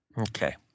Okay